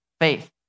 faith